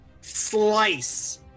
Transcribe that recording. slice